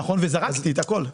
נכון, וזרקתי הכול.